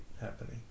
happening